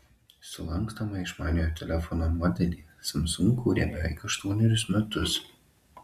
sulankstomą išmaniojo telefono modelį samsung kūrė beveik aštuonerius metus